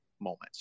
moments